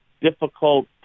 difficult